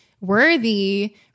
worthy